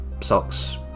socks